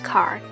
Car